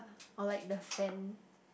or like the fan